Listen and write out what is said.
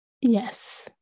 Yes